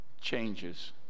changes